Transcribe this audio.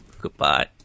Goodbye